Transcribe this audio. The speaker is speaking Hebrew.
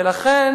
ולכן